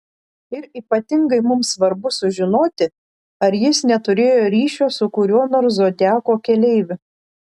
ir ypatingai mums svarbu sužinoti ar jis neturėjo ryšio su kuriuo nors zodiako keleiviu